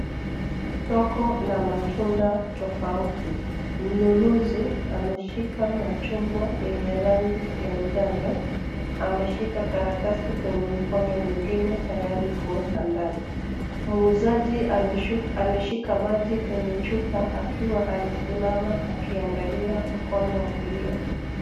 Soko la matunda tofauti. Mnunuzi ameshika machungwa yenye rangi ya njano. Ameshika karatasi kwenye mkono mwingine tayari kuweka ndani. Muuzaji ameshika maji kwenye chupa akiwa amesimama akiangalia mkono wa kulia.